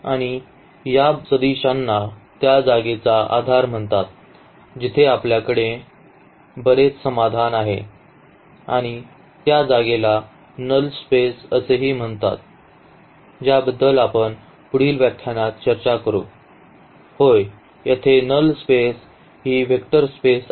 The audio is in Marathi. आणि या सदिशांना त्या जागेचा आधार म्हणतात जिथे आपल्याकडे तिथे बरेच समाधान आहेत आणि त्या जागेला नल स्पेस असेही म्हणतात ज्याबद्दल आपण पुढील व्याख्यानात चर्चा करू होय येथे नल स्पेस ही वेक्टर स्पेस आहे